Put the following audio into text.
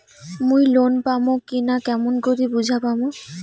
মুই লোন পাম কি না কেমন করি বুঝা পাম?